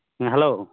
ᱦᱮᱸ ᱦᱮᱞᱳ